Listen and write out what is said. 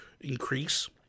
increase